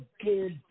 good